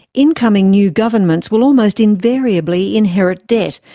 incoming new governments will almost invariably inherit debt,